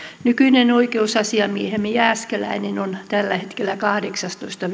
nykyinen oikeusasiamiehemme jääskeläinen on tällä hetkellä kahdeksastoista